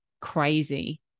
crazy